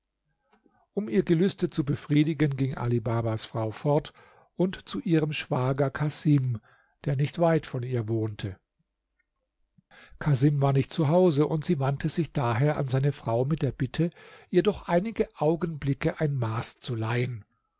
um ihr gelüste zu befriedigen ging ali babas frau fort und zu ihrem schwager casim der nicht weit von ihr wohnte casim war nicht zu hause und sie wandte sich daher an seine frau mit der bitte ihr doch einige augenblicke ein maß zu leihen